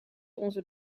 onze